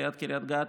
ליד קריית גת,